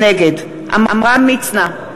נגד עמרם מצנע,